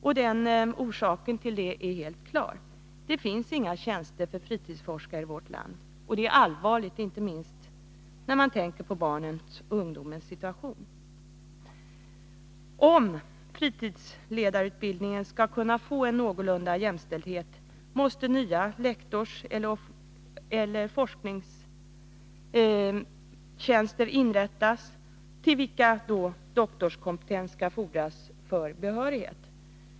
Orsaken till det är helt klar: det finns inga tjänster för fritidsforskare i vårt land, och det är allvarligt, inte minst när man tänker på barnens och ungdomens situation. Om fritidsledarutbildningen skall kunna få någorlunda jämställdhet måste nya lektorseller forskningstjänster inrättas, för vilka då doktorskompetens skall fordras för behörighet.